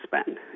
spend